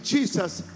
Jesus